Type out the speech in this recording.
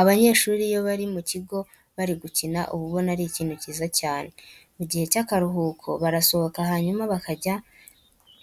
Abanyeshuri iyo bari mu kigo bari gukina uba ubona ari ikintu cyiza cyane. Mu gihe cy'akaruhuko barasohoka hanyuma bakajya